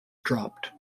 dropped